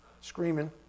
screaming